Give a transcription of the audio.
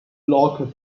lock